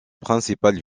principale